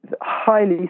highly